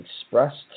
expressed